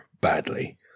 badly